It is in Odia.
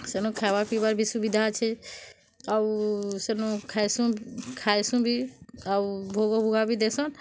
ସେନୁ ଖାଏବା ପିଇବାର୍ ବି ସୁବିଧା ଅଛେ ଆଉ ସେନୁ ଖାଏସୁଁ ଖାଏସୁଁ ବି ଆଉ ଭୋଗ ଭୁଗା ବି ଦେସନ୍